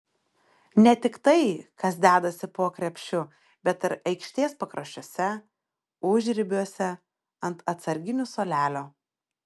ne tik tai kas dedasi po krepšiu bet ir aikštės pakraščiuose užribiuose ant atsarginių suolelio